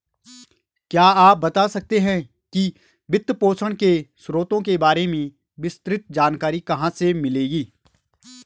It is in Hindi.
क्या आप बता सकते है कि वित्तपोषण के स्रोतों के बारे में विस्तृत जानकारी कहाँ से मिलेगी?